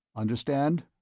understand?